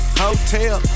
hotel